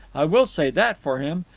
i will say that for him.